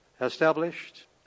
established